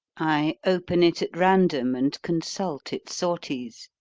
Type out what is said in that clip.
i open it at random and consult its sortes.